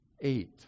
eight